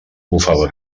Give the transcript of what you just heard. bufava